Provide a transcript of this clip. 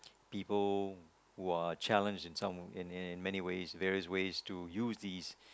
people who are challenged in some in in many ways various ways to use this